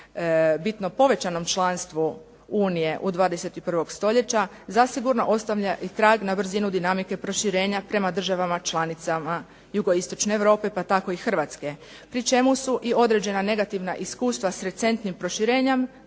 bitno povećanom članstvu unije 21. stoljeća zasigurno ostavlja i trag na brzinu dinamike proširenja prema državama članicama jugoistočne Europe pa tako i Hrvatske. Pri čemu su i određena negativna iskustva s recentnim proširenjem